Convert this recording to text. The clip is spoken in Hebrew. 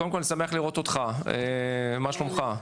קודם כל אני שמח לראות אותך, מה שלומך?